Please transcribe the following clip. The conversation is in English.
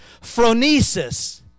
phronesis